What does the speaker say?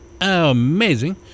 amazing